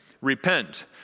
Repent